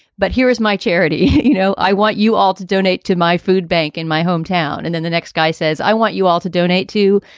but here's my charity. you know, i want you all to donate to my food bank in my hometown. and then the next guy says, i want you all to donate to,